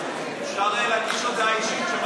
בסדר, אפשר לבקש הודעה אישית?